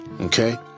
Okay